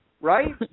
Right